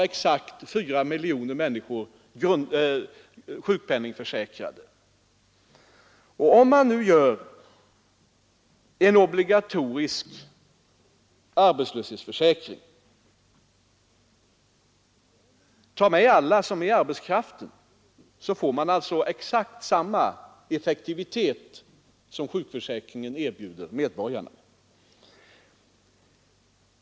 Om man nu inför en obligatorisk arbetslöshetsförsäkring och tar med alla som ingår i arbetskraften får man alltså exakt samma effektivitet som sjukförsäkringen erbjuder medborgarna.